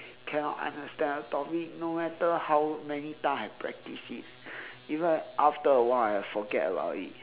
cannot understand a topic no matter how many time I practice it even after a while I forget about it